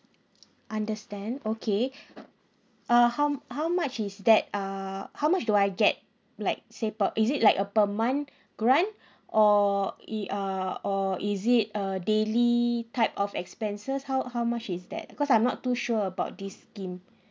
understand okay uh how how much is that uh how much do I get like say per is it like a per month grant or it uh or is it a daily type of expenses how how much is that because I'm not too sure about this scheme